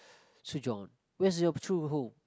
sojourn where's your true home